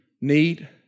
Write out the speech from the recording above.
need